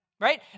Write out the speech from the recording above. right